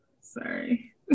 Sorry